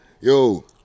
Yo